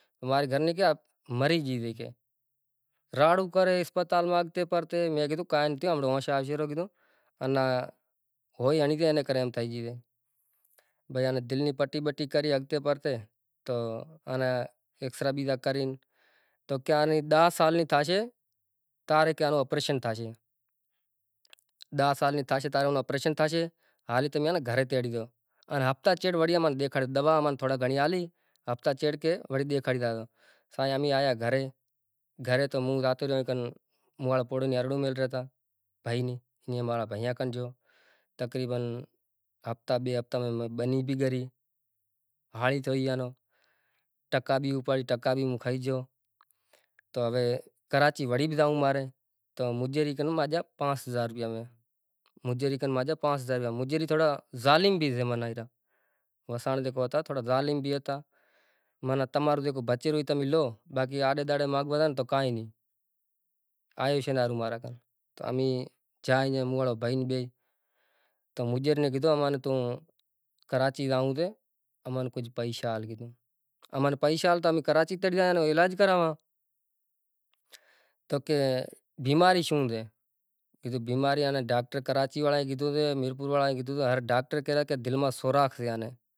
گڈ کاڈے وری تمیں اینے تمیں ایم کرو کہ ہوے گوار تھوڑو موٹو تھئے گیو سے تو اینا سوٹھے نمونے دڑ کرو، دڑ کری اینے ونجو کرے پسے اینے پاساں ماں ماٹی راکھشو تو ایناں بند باندھو تو دڑ کری ان سنہو سنہو ونجو کری ایئے نیں پاساں ماں ماٹی راکھشو ماناں ایئاں کھیریاں نیں بند باندہو، تو ایوا حساب تھی گوار تھوڑو سوٹھو تھاشے ان ایوریج بھی آوشے ایراضی بھی ہلشے پسے ریٹ ان بھاو تو انپڑا نصیب سے او مالک رے ہاتھ ماں سے زکو نصیب ماں سے ای زڑشے، باقی ری وات بھاجی نیں ماشا الا ہوے تماں ناں ہنڑانڑاں ٹینڈاں رو تجربو، کہ ٹینڈاں کیوا حساب سیں وونوراجسیں، ٹھیک سے، ٹینڈا بھی جام امیں تجربا کریا جام نقصان بھی کریا ای امیں واہویا ٹینڈا، چونرا بھی واہویا، دھانڑا بھی واہویا ائیں ماشا الا کھیرا بھی واہویا ککڑی بھی کی، تو پانڑی نئیں ہوے شوں کراں، پانڑی ہوے واٹر اونسا پانڑی نیسا اصمان ماتھے پانڑی چاں سڑے شوں کراں، پسے لی ای تو واہویا تو سہی پنڑ پانڑی ناں سے تو